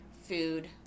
food